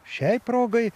šiai progai